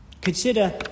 Consider